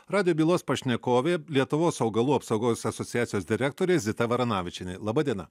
radijo bylos pašnekovė lietuvos augalų apsaugos asociacijos direktorė zita varanavičienė laba diena